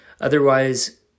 Otherwise